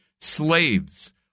Slaves